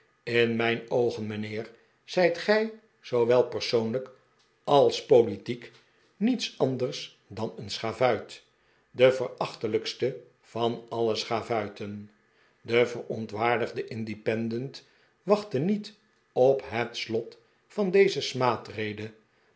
in mijn oogen mijnheer zijt gij zoowel persoonlijk als politiek niets anders dan een schavuit de verachtelijkste van alle schavuiten de verontwaardigde independent waehtte niet op het slot van deze